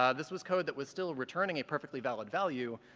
ah this was code that was still returning a perfectly valid value,